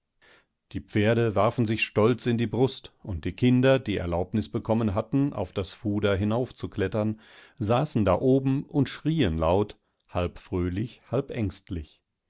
die pferde warfen sich stolz in die brust und die kinder die erlaubnis bekommen hatten auf das fuder hinaufzuklettern saßendaobenundschrienlaut halbfröhlich halbängstlich